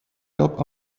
top